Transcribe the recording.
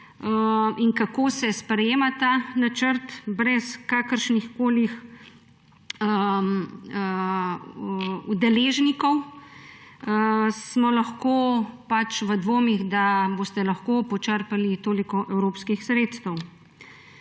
in kako se sprejema ta načrt brez kakršnihkoli deležnikov, smo lahko v dvomih, da boste lahko počrpali toliko evropskih sredstev.